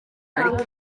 ariko